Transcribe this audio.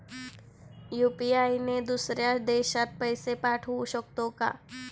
UPI ने दुसऱ्या देशात पैसे पाठवू शकतो का?